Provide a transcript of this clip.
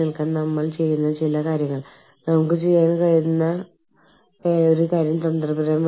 ഒരാൾ ഒരു വിദേശ കാര്യാലയത്തിലേക്ക് രണ്ടു ദിവസത്തേക്ക് ഒരു മീറ്റിംഗിനായി പോകുന്നു